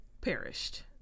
Perished